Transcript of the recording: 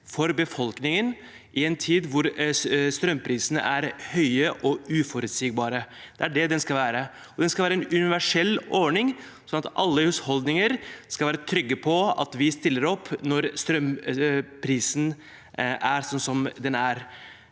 for befolkningen i en tid hvor strømprisene er høye og uforutsigbare – det er det den skal være. Den skal være en universell ordning, slik at alle husholdninger skal være trygge på at vi stiller opp når strømprisen er slik den er.